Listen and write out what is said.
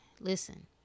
listen